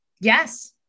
Yes